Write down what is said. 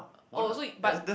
oh so you but